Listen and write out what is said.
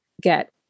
get